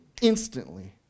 instantly